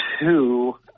two